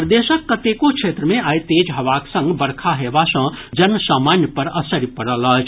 प्रदेशक कतेको क्षेत्र मे आइ तेज हवाक संग बरखा हेबा सँ जन सामान्य पर असरि पड़ल अछि